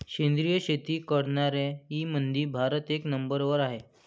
सेंद्रिय शेती करनाऱ्याईमंधी भारत एक नंबरवर हाय